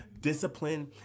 Discipline